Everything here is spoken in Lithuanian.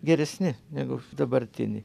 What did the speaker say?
geresni negu dabartiniai